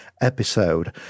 episode